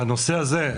בנושא הזה,